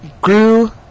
grew